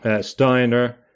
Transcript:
Steiner